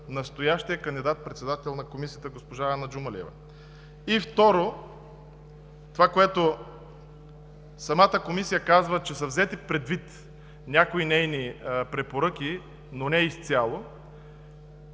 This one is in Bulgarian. настоящия кандидат-председател на Комисията госпожа Анна Джумалиева. И второ, Комисията казва, че са взети предвид някои нейни препоръки, но не изцяло.